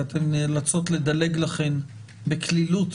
כי אתן נאלצות לדלג לכן בקלילות.